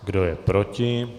Kdo je proti?